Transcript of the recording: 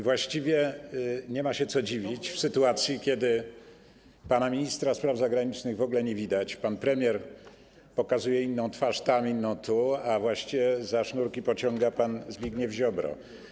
Właściwie nie ma się co dziwić w sytuacji, gdy pana ministra spraw zagranicznych w ogóle nie widać, pan premier pokazuje inną twarz tam, inną tu, a właściwie za sznurki pociąga pan Zbigniew Ziobro.